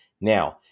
Now